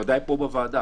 בוודאי פה בוועדה,